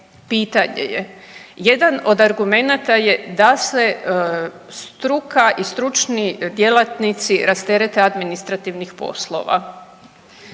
pitanje je. Jedan od argumenata je da se struka i stručni djelatnici rasterete administrativnih poslova.